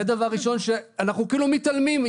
זה דבר ראשון שאנחנו כאילו מתעלמים,